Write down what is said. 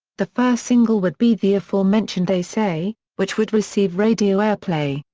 the first single would be the aforementioned they say, which would receive radio airplay,